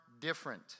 different